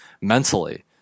mentally